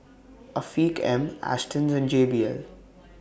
Afiq M Astons and J B L